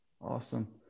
awesome